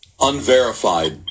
unverified